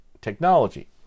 technology